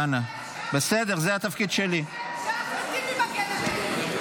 ייעול הליך האימוץ והסרת חסמים ביבוא מזון במסלול האירופי),